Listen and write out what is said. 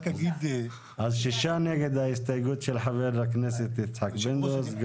שישה נגד ההסתייגות של חבר הכנסת יצחק פינדרוס.